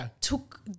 took